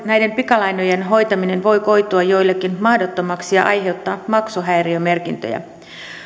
näiden pikalainojen hoitaminen voi koitua joillekin mahdottomaksi ja aiheuttaa maksuhäiriömerkintöjä suomessa